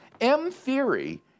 M-theory